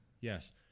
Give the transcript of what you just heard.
Yes